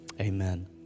amen